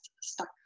stuck